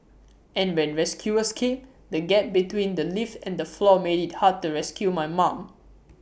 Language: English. and when rescuers came the gap between the lift and the floor made IT hard to rescue my mum